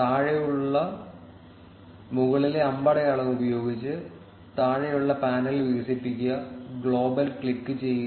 താഴെയുള്ള മുകളിലെ അമ്പടയാളം ഉപയോഗിച്ച് താഴെയുള്ള പാനൽ വികസിപ്പിക്കുക ഗ്ലോബൽ ക്ലിക്ക് ചെയ്യുക